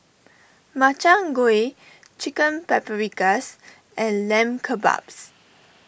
Makchang Gui Chicken Paprikas and Lamb Kebabs